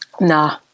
Nah